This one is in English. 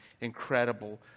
incredible